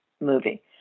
movie